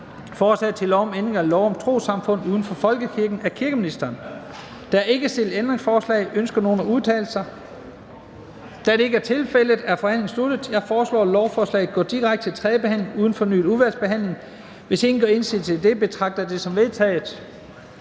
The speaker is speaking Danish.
Forhandling Første næstformand (Leif Lahn Jensen): Der er ikke stillet ændringsforslag. Ønsker nogen at udtale sig? Da det ikke er tilfældet, er forhandlingen sluttet. Jeg foreslår, at lovforslaget går direkte til tredje behandling uden fornyet udvalgsbehandling. Hvis ingen gør indsigelse, betragter jeg det som vedtaget.